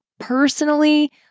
personally